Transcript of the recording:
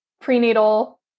prenatal